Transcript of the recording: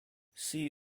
see